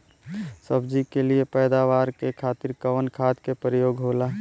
सब्जी के लिए पैदावार के खातिर कवन खाद के प्रयोग होला?